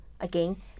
again